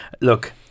Look